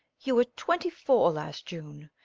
you were twenty four last june.